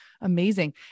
Amazing